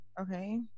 Okay